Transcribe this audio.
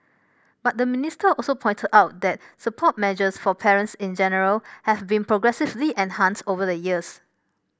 but the minister also pointed out that support measures for parents in general have been progressively enhanced over the years